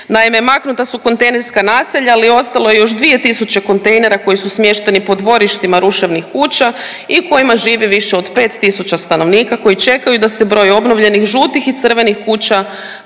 Naime, maknuta su kontejnerska naselja, ali je ostalo još 2000 kontejnera koji su smješteni po dvorištima ruševnih kuća i u kojima živi više od 5000 stanovnika koji čekaju da se broj obnovljenih žutih i crvenih kuća